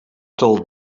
told